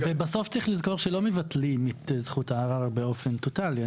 בסוף צריך לזכור שלא מבטלים את זכות הערר באופן טוטאלי.